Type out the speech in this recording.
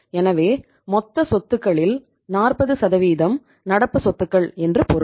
எனவே மொத்த சொத்துகளில் 40 நடப்பு சொத்துகள் என்று பொருள்